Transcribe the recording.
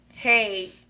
hey